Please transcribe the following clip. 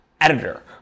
editor